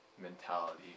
mentality